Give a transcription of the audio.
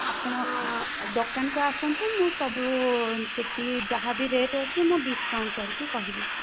ଆପଣ ଦୋକାନକୁ ଆସନ୍ତୁ ମୁଁ ସବୁ ଯେତିକି ଯାହା ବି ରେଟ୍ ଅଛି ମୁଁ ଡିସ୍କାଉଣ୍ଟ୍ କରିକି କହିବି